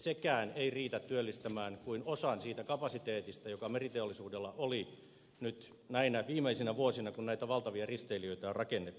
sekään ei riitä työllistämään kuin osan siitä kapasiteetista joka meriteollisuudella oli nyt näinä viimeisinä vuosina kun näitä valtavia risteilijöitä on rakennettu